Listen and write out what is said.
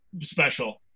special